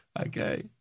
Okay